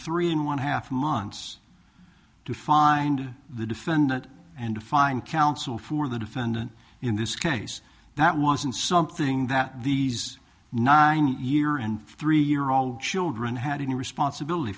three in one half months to find the defendant and to find counsel for the defendant in this case that wasn't something that these nine year and three year old children had any responsibility